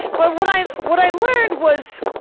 but what i what i learned was,